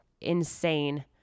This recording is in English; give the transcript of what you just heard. insane